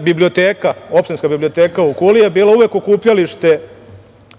biblioteka, opštinska biblioteka u Kuli je bila uvek okupljalište